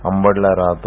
अंबडला राहतो